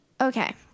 Okay